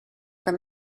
from